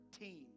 team